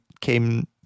came